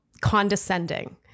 condescending